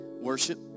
worship